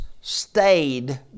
stayed